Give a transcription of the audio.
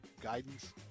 guidance